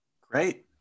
Great